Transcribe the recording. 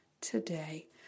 today